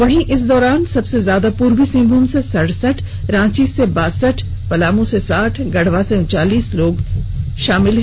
वहीं इस दौरान सबसे ज्यादा पूर्वी सिंहभूम से सड़सठ रांची से बासठ पलामू से साठ गढ़वा से उनचालीस शामिल हैं